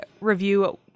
review